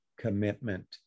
commitment